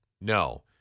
no